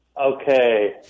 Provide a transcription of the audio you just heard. Okay